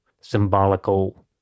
symbolical